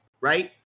right